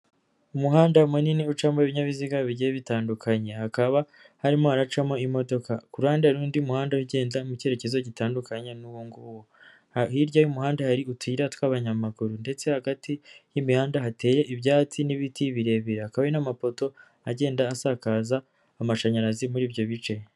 Umuhanda munini ucamo ibinyabiziga bigiye bitandukanye, hakaba harimo haracamo imodoka, ku ruhande hariho undi muhanda ugenda mu cyerekezo gitandukanye n'uwo ng'uwo, hirya y'umuhanda hari utuyira tw'abanyamaguru ndetse hagati y'imihanda hateye ibyatsi n'ibiti birebire, hkaba hari n'amapoto agenda asakaza amashanyarazi muri ibyo bice.